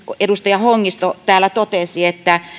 edustaja hongisto täällä totesi että